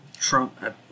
Trump